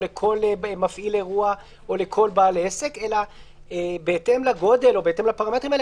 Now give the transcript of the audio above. לכל מפעיל אירוע או לכל בעל עסק אלא בהתאם לפרמטרים האלה